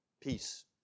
Peace